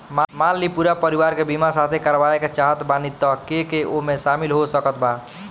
मान ली पूरा परिवार के बीमाँ साथे करवाए के चाहत बानी त के के ओमे शामिल हो सकत बा?